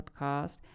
podcast